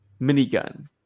minigun